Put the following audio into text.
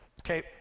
Okay